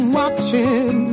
watching